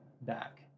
back